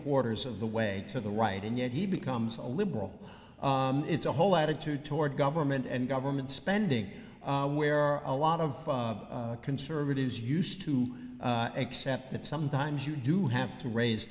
quarters of the way to the right and yet he becomes a liberal it's a whole attitude toward government and government spending where are a lot of conservatives used to accept that sometimes you do have to raise